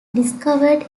discovered